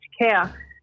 care